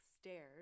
stairs